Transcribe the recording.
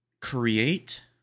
create